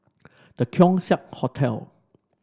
The Keong Saik Hotel